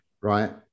right